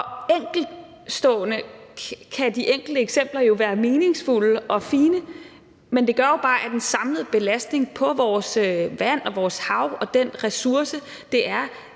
af havbrug, og de enkelte eksempler kan jo være meningsfulde og fine. Men det gør jo bare, at det øger den samlede belastning på vores vand og vores hav. Og den ressource, det er,